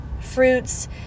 fruits